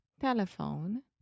Telephone